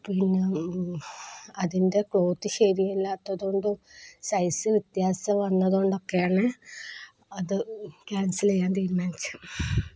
പിന്നെ അതിൻ്റെ ക്ലോത്ത് ശരിയല്ലാത്തതുകൊണ്ടും സൈസ് വ്യത്യാസം വന്നതു കൊണ്ടൊക്കെയുമാണ് അത് ക്യാൻസൽ ചെയ്യാൻ തീരുമാനിച്ചത്